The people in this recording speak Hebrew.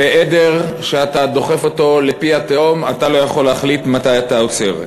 ועדר שאתה דוחף אותו לפי התהום אתה לא יכול להחליט מתי אתה עוצר.